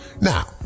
Now